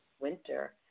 winter